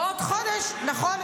ועוד חודש, נכון?